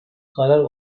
karar